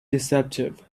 deceptive